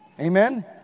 amen